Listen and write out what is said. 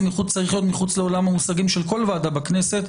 זה צריך להיות מחוץ לעולם המושגים של כל ועדה בכנסת,